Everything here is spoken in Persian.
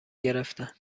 گرفتم